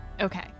okay